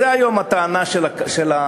זו היום הטענה של החקלאים.